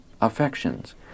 affections